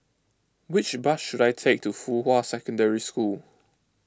which bus should I take to Fuhua Secondary School